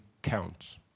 counts